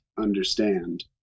understand